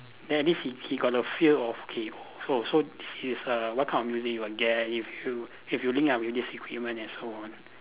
then at least he he got a feel of okay so so this is err what kind of music he will get if you if you link ah with this equipment and so on